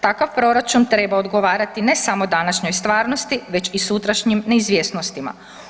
Takav proračun trebao odgovarati ne samo današnjoj stvarnosti, već i sutrašnjim neizvjesnostima.